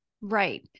Right